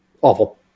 awful